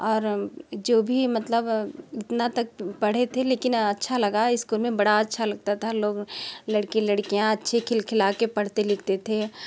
और जो भी मतलब इतना तक पढ़े थे लेकिन अच्छा लगा स्कूल में बड़ा अच्छा लगता था लोग लड़के लड़कियाँ अच्छे खिल खिला के पढ़ते लिखते थे